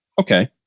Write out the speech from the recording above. okay